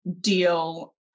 deal